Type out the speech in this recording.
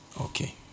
Okay